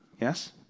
Yes